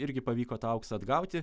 irgi pavyko tą auksą atgauti